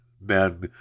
men